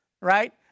Right